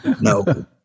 No